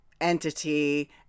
entity